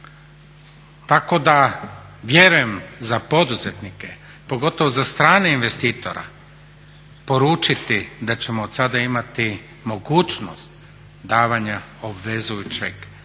Tako da vjerujem za poduzetnike, pogotovo za strane investitore poručiti da ćemo od sada imati mogućnost davanja obvezujućeg mišljenja